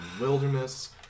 wilderness